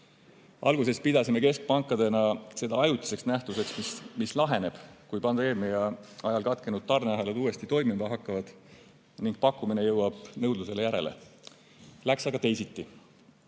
Alguses pidasime keskpankadena seda ajutiseks nähtuseks, mis laheneb, kui pandeemia ajal katkenud tarneahelad uuesti toimima hakkavad ning pakkumine jõuab nõudlusele järele. Läks aga teisiti.